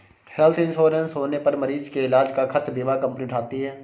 health insurance होने पर मरीज के इलाज का खर्च बीमा कंपनी उठाती है